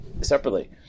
separately